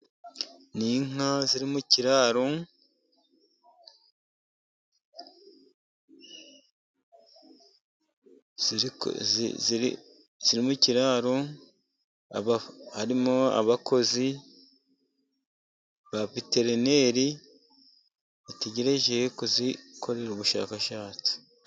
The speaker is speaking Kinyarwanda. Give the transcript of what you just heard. Ni inka ziri mu kiraro. Mu kiraro harimo abakozi ,abaveterineri bategereje kuzikoreraho ubushakashatsi.